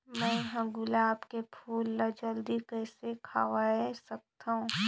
मैं ह गुलाब के फूल ला जल्दी कइसे खवाय सकथ हवे?